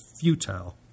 futile